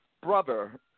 brother